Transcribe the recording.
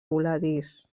voladís